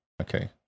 Okay